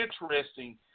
interesting